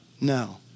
No